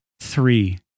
three